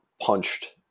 punched